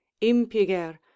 impiger